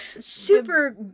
Super